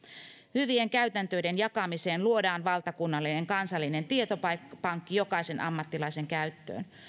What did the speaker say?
hyvien käytäntöjen jakamiseen luodaan valtakunnallinen kansallinen tietopankki jokaisen ammattilaisen käyttöön